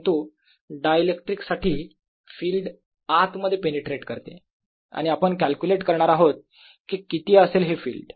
परंतु डायइलेक्ट्रिक साठी फिल्ड आतमध्ये पेनिट्रेट करते आणि आपण कॅल्क्युलेट करणार आहोत कि किती असेल हे फिल्ड